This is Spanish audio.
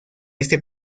este